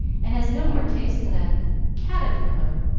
and has no more taste than a caterpillar.